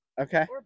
Okay